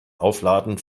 aufladen